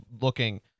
looking